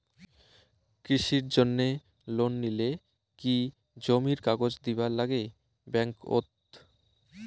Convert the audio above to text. কৃষির জন্যে লোন নিলে কি জমির কাগজ দিবার নাগে ব্যাংক ওত?